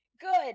good